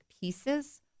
pieces